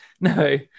No